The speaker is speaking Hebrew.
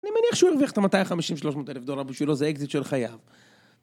אני מניח שהוא הרוויח את ה-250-300 אלף דולר, בשבילו זה אקזיט של חייו.